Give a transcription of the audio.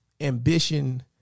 ambition